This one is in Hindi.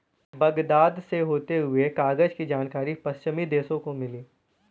बगदाद से होते हुए कागज की जानकारी पश्चिमी देशों को मिली